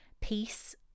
peace